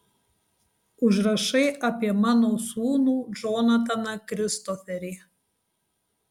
užrašai apie mano sūnų džonataną kristoferį